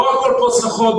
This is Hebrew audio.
לא הכול פה הצלחות,